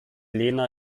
lena